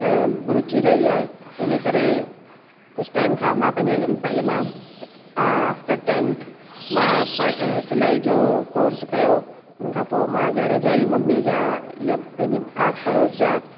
अ रूची आहे इन करे कुझु टाइम खां मां पंहिंजे पहिले मां आहे आफ्टर टैन्थ मां पढ़ सिलाई जो कोर्स कयो हुन खां पोइ मां घर जा ई मम्मी जा या पंहिंजी आस पड़ोस जा